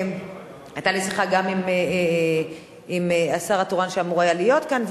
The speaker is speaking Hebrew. גם עם השר התורן שאמור היה להיות כאן,